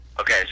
Okay